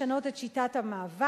לשנות את שיטת המאבק,